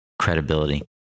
credibility